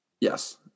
Yes